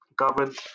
governed